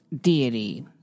deity